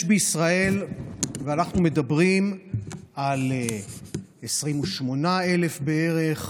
בישראל אנחנו מדברים על 28,000 בערך,